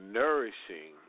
nourishing